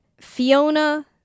Fiona